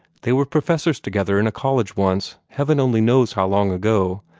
they were professors together in a college once, heaven only knows how long ago.